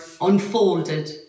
unfolded